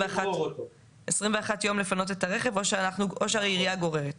21 ימים לפנות את הרכב או שהעירייה גוררת.